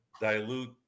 dilute